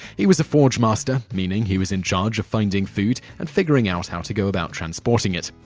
he was a forgemaster, meaning he was in charge of finding food and figuring out how to go about transporting it.